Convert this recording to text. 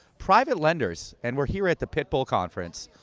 private lenders, and we're here at the pitbull conference,